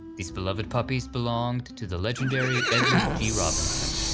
these beloved puppies belonged to the legendary edward g robinson.